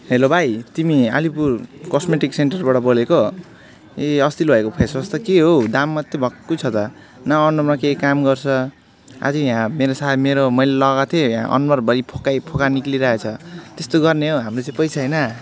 hello भाइ तिमी Alipur cosmetic सेन्टरबाट बोलेको ए अस्ति लगेको फेसवास त के हो दाम मात्रै भक्कु छ त न अनुहारमा केही काम गर्छ अझै यहाँ मेरो सा मेरो मैले लगाएको थिएँ अनुहारभरि फोकैफोका निस्किरहेको छ त्यस्तो गर्ने हो हाम्रो चाहिँ पैसा होइन